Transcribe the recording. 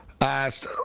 asked